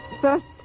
First